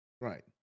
Right